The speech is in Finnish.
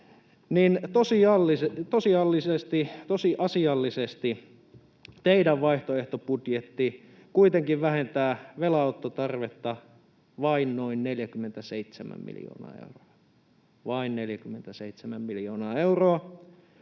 tosiasiallisesti teidän vaihtoehtobudjettinne vähentää velanottotarvetta vain noin 47 miljoonaa euroa